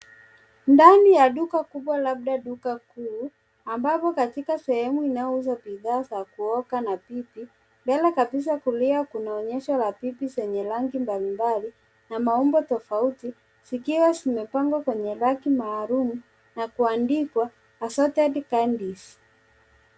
Ndani ya duka kubwa labda duka kuu ambapo katika sehemu inayouza bidhaa za kuoga na pipi. Mbele kabisa kulia kuna onyesho la pipi zenye rangi mbalimbali na maumbo tofauti zikiwa zimepangwa kwenye raki maalum na kuandikwa Asorted kindly .